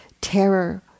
terror